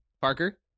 Parker